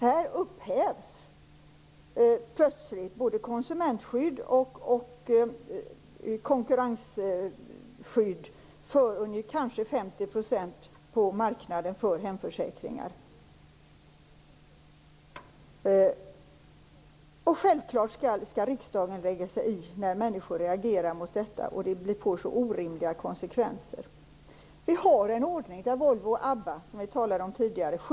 Här upphävs plötsligt både konsumentskydd och konkurrensskydd för kanske 50 % av marknaden för hemförsäkringar. Självklart skall riksdagen lägga sig i när människor reagerar mot detta och vi får orimliga konsekvenser. Vi har en ordning där Volvo och Abba skyddas, såsom vi talade om tidigare.